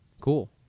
cool